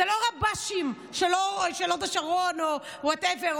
זה לא רב"שים של הוד השרון או whatever,